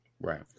Right